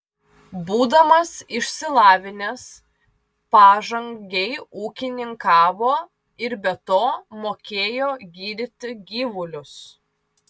būdamas išsilavinęs pažangiai ūkininkavo ir be to mokėjo gydyti gyvulius